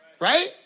Right